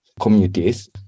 communities